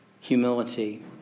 humility